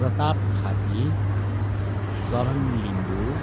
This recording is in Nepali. प्रताप खाती सरन लिम्बू